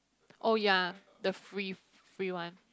oh ya the free free one